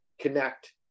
connect